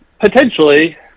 Potentially